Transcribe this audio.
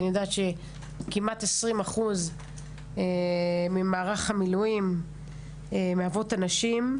אני יודעת שכמעט 20% ממערך המילואים מהוות הנשים.